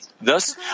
Thus